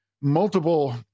multiple